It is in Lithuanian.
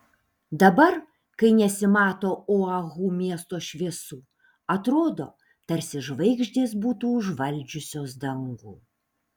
dabar kai nesimato oahu miesto šviesų atrodo tarsi žvaigždės būtų užvaldžiusios dangų